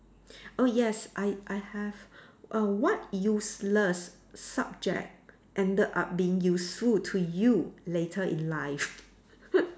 oh yes I I have err what useless subject ended up being useful to you later in life